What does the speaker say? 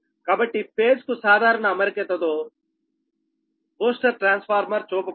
కాబట్టి ఫేజ్ కు సాధారణ అమరికతో బూస్టర్ ట్రాన్స్ఫార్మర్ చూపబడింది